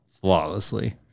flawlessly